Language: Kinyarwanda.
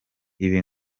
ibi